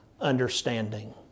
understanding